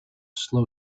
slow